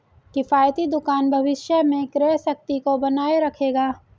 किफ़ायती दुकान भविष्य में क्रय शक्ति को बनाए रखेगा